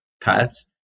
path